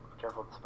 Careful